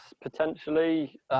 potentially